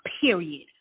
period